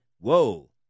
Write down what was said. whoa